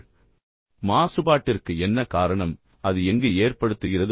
இப்போது மாசுபாட்டிற்கு என்ன காரணம் அது எங்கு ஏற்படுத்துகிறது